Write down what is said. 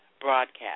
broadcast